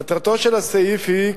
מטרתו של הסעיף היא,